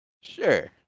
sure